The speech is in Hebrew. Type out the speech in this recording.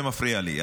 זה מפריע לי,